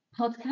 podcast